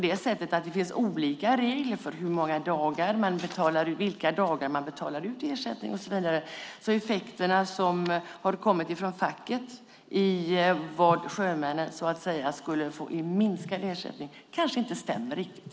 Det finns ju olika regler för vilka dagar man betalar ut ersättning och så vidare, så fackets uppgifter om hur mycket minskad ersättning sjömännen skulle få kanske inte stämmer riktigt.